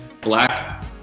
black